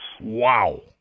Wow